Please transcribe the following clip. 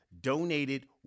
donated